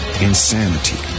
insanity